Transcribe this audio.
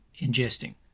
ingesting